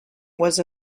was